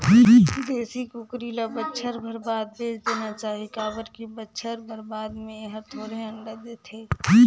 देसी कुकरी ल बच्छर भर बाद बेच देना चाही काबर की बच्छर भर बाद में ए हर थोरहें अंडा देथे